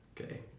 Okay